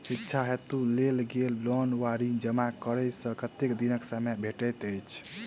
शिक्षा हेतु लेल गेल लोन वा ऋण जमा करै केँ कतेक दिनक समय भेटैत अछि?